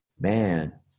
man